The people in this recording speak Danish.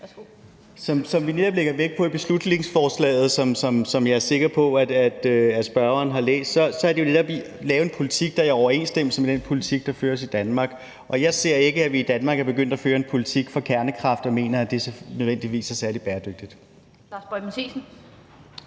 Som vi netop lægger vægt på i beslutningsforslaget, som jeg er sikker på at spørgeren har læst, vil vi lave en politik, der er i overensstemmelse med den politik, der føres i Danmark. Og jeg ser ikke, at vi i Danmark er begyndt at føre en politik for kernekraft og mener, at det nødvendigvis er særlig bæredygtigt.